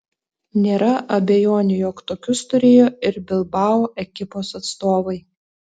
nėra abejonių jog tokius turėjo ir bilbao ekipos atstovai